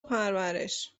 پرورش